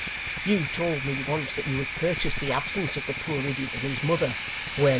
you told me once that you had purchased the absence of the poor idiot and his mother,